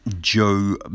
Joe